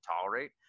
tolerate